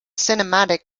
cinematic